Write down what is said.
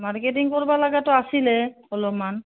marketing কৰিব লগাতো আছিলে অলপমান